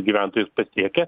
gyventojus pasiekia